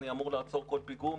אני אמור לעצור כל פיגום.